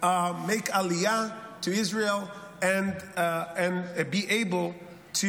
soon will make Aliyah to Israel and be able to